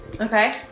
Okay